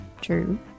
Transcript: true